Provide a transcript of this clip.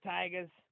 Tigers